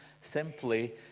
simply